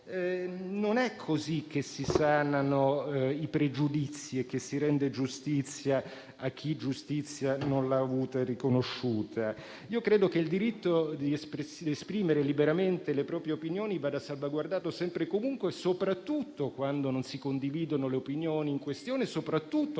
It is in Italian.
Non è così che si sanano i pregiudizi e che si rende giustizia a chi giustizia non l'ha avuta e riconosciuta. Io credo che il diritto di esprimere liberamente le proprie opinioni vada salvaguardato sempre e comunque soprattutto quando non si condividono le opinioni in questione e soprattutto quando